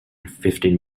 fifteen